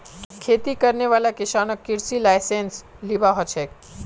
खेती करने वाला किसानक कृषि लाइसेंस लिबा हछेक